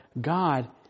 god